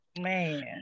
Man